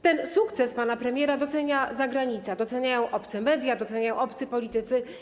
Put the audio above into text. Ten sukces pana premiera docenia zagranica, doceniają obce media, doceniają obcy politycy.